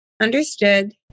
Understood